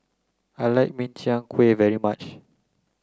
I like Min Chiang Kueh very much